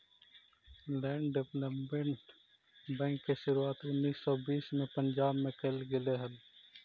land development bank के शुरुआत उन्नीस सौ बीस में पंजाब में कैल गेले हलइ